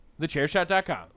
thechairshot.com